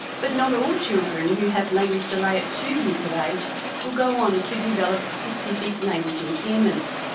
but not all children who have language delay at two years of age will go on to develop specific language impairment.